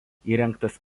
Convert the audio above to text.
įrengtas